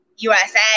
USA